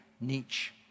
Nietzsche